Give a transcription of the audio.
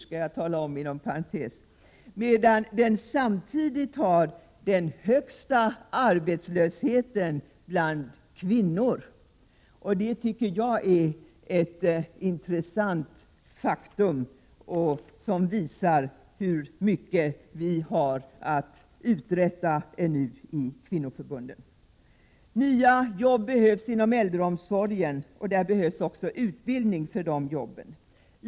Men samtidigt noteras där den högsta arbetslösheten bland kvinnor. Detta tycker jag är ett intressant faktum. Det visar hur mycket vi har att uträtta inom kvinnoförbunden. Nya jobb behövs inom äldreomsorgen. Det behövs också utbildning för dem som jobbar inom denna.